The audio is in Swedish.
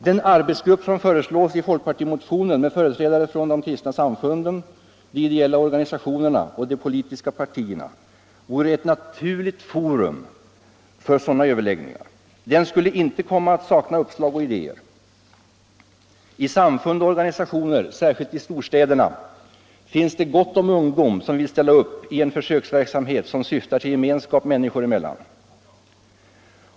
Den arbetsgrupp som föreslås i folkpartimotionen med företrädare för de kristna samfunden, de ideella organisationerna och de politiska partierna vore ett naturligt forum för sådana överläggningar. Den skulle inte komma att sakna uppslag och idéer. I samfund och organisationer, särskilt i storstäderna, finns det gott om ungdom som vill ställa upp i en försöksverksamhet som syftar till gemenskap människor emellan.